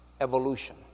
evolution